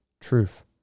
truth